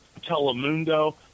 Telemundo